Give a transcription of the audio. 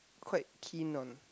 quite keen on